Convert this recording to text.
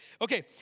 Okay